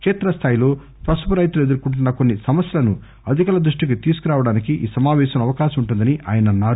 క్షేత్ర స్థాయిలో పసుపు రైతులు ఎదుర్కొంటున్న కొన్ని సమస్యలను అధికారుల దృష్టికి తీసుకు రావడానికి ఈ సమాపేశం లో అవకాశం ఉంటుందని ఆయన అన్నారు